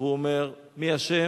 והוא אומר: מי ה',